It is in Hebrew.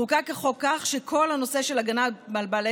חוקק החוק כך שכל הנושא של הגנה על בעלי